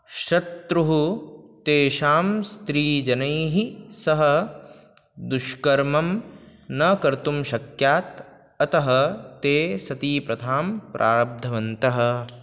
शत्रुः तेषां स्त्रीजनैः सह दुष्कर्म न कर्तुं शक्यात् अतः ते सतीप्रथां प्रारब्धवन्तः